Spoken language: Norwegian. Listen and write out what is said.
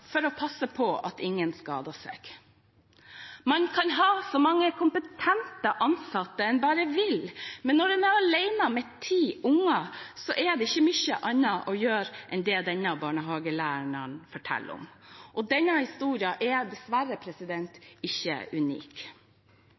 på at ingen skader seg.» Man kan ha så mange kompetente ansatte en bare vil, men når en er alene med ti barn, er det ikke mye annet å gjøre enn det denne barnehagelæreren forteller om. Denne historien er dessverre ikke unik.